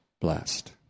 blessed